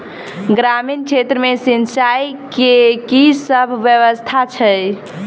ग्रामीण क्षेत्र मे सिंचाई केँ की सब व्यवस्था छै?